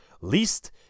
least